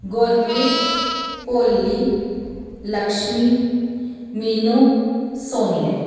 Gurpreet Bholi Lakshmi Meenu Sonia